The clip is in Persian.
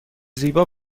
زیبا